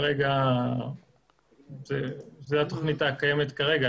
זו התוכנית הקיימת כרגע,